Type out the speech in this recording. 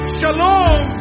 shalom